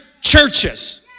churches